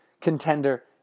contender